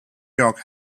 york